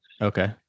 Okay